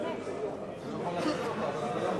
אתה לא יכול להחזיר אותו,